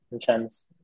chance